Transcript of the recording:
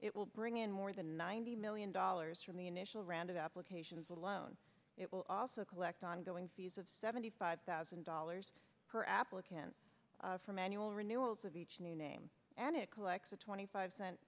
it will bring in more than ninety million dollars from the initial round up locations alone it will also collect ongoing fees of seventy five thousand dollars per applicant for manual renewals of each new name and it collects a twenty five cent